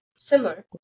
Similar